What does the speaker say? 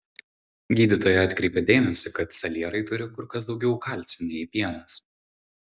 gydytoja atkreipė dėmesį kad salierai turi kur kas daugiau kalcio nei pienas